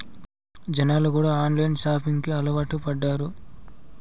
జనాలు కూడా online shopping కి అలవాటు పడ్డారు